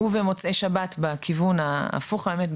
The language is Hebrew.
ובמוצאי שבת בכיוון ההפוך בנוסף,